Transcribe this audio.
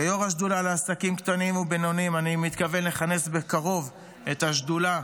כיו"ר השדולה לעסקים קטנים ובינוניים אני מתכוון לכנס בקרוב את השדולה,